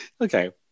Okay